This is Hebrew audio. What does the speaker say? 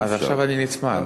עכשיו אני נצמד.